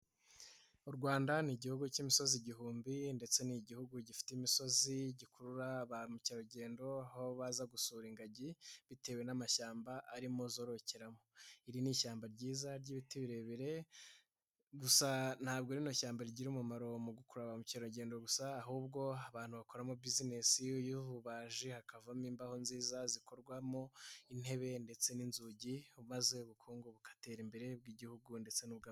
U Rwanda ni Igihugu k'imisozi igihumbi ndetse ni Igihugu gifite imisozi gikurura ba mukerarugendo. Aho baza gusura ingagi bitewe n'amashyamba arimo zororokeramo. Iri ni ishyamba ryiza ry'ibiti birebire gusa ntabwo rino shyamba rigira umumaro muri ba mukerarugendo gusa ahubwo abantu bakoramo buzinesi y'ububaji. Hakavamo imbaho nziza zikorwamo intebe ndetse n'inzugi maze ubukungu bugatera imbere bw'Igihugu ndetse n'ubw'abantu.